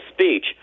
speech